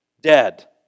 dead